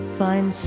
find